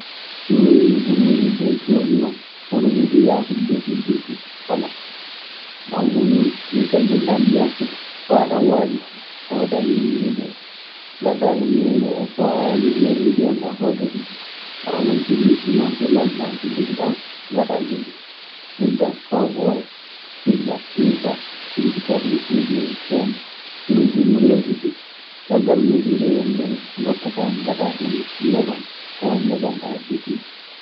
Ñiiri ndi ɓurmi yiɗde yo coorndi non. Hono mun yaafude defude fuu walaa. Nde cagginɗaa ndiyan fuf faa ɗan waaƴi fuf. A waɗan ley ñeengo oo. Nde ngaɗɗaa hen ñeengo oo faa yarii ndiyan ɗan faa gasii fuf, a ɓaɓan so liɗɗi maa so lanɗan ko njogiiɗaa fuf, ngaɗaa ley hen, uddaa faa ɓooya. Tiloɗaa iirtaa, tirkitaa ɗun fuu ɗun reentoo. So ɗun fuu ɗun reentii fuf. Caggal muuɗun, ndeen woni nde ndottata, ngaɗaa hen neban. Tawan neban nan a defii ɗun.